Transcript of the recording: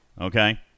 Okay